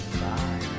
Bye